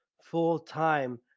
full-time